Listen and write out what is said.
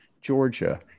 Georgia